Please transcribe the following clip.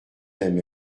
aime